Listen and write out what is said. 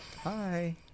Hi